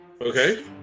Okay